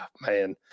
man